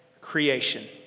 creation